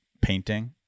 painting